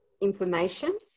information